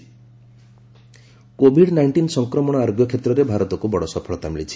Covid Covid nineteen ସଂକ୍ରମଣ ଆରୋଗ୍ୟ କ୍ଷେତ୍ରରେ ଭାରତକୁ ବଡ ସଫଳତା ମିଳିଛି